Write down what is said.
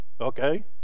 okay